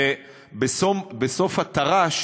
ובסוף התר"ש